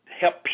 help